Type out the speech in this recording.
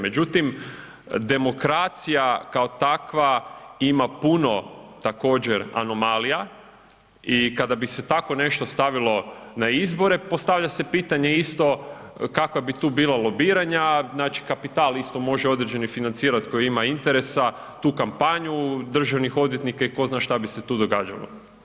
Međutim demokracija kao takva ima puno također anomalija, i kada bi se tako nešto stavilo na izbore, postavlja se pitanje isto kakva bi tu bila lobiranja, znači kapital isto može određeni financirat koji ima interesa, tu kampanju državnih odvjetnika i tko zna šta bi se tu događalo.